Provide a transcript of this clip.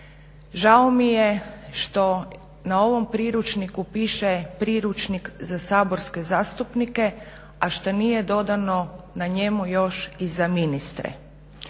Žao mi je što na ovom priručniku piše priručnik za saborske zastupnike, a što nije dodano na njemu još i za ministre.